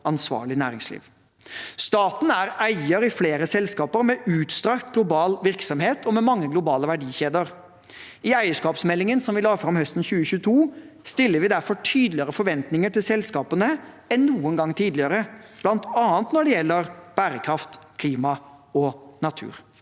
ansvarlig næringsliv. Staten er eier i flere selskaper med utstrakt global virksomhet og mange med globale verdikjeder. I eierskapsmeldingen som vi la fram høsten 2022, stiller vi derfor tydeligere forventninger til selskapene enn noen gang tidligere, bl.a. når det gjelder bærekraft, klima og natur.